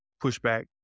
pushback